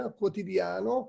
quotidiano